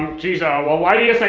jeez. oh, well, why do you say